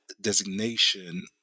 designation